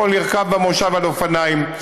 יכולנו לרכוב במושב על אופניים.